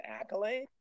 accolade